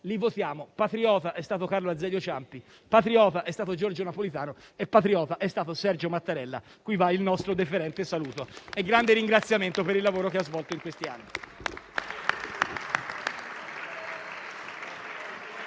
li votiamo. Patriota è stato Carlo Azeglio Ciampi, patriota è stato Giorgio Napolitano e patriota è stato Sergio Mattarella, cui vanno il nostro deferente saluto e un grande ringraziamento per il lavoro svolto in questi anni.